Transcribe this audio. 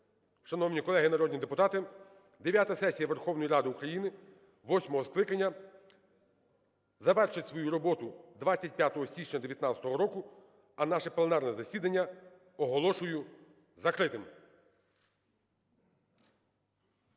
шановні колеги народні депутати, дев'ята сесія Верховної Ради України восьмого скликання завершить свою роботу 25 січня 19-го року, а наше пленарне засідання оголошую закритим.